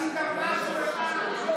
עשית משהו אחד,